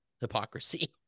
hypocrisy